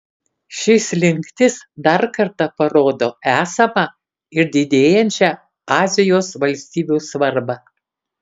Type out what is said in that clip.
ši slinktis dar kartą parodo esamą ir didėjančią azijos valstybių svarbą